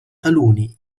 taluni